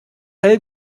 hell